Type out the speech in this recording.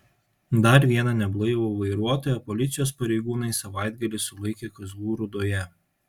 dar vieną neblaivų vairuotoją policijos pareigūnai savaitgalį sulaikė kazlų rūdoje